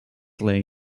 lay